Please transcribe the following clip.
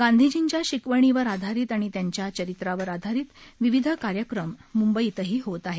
गांधीजींच्या शिकवणीवर आधारित आणि त्यांच्या चरित्रावर आधारित विविध कार्यक्रम मुंबईतही होत आहेत